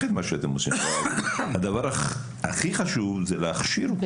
את מה שאתן עושות הדבר הכי חשוב זה להכשיר אותן.